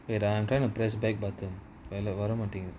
wait ah I'm trying to press back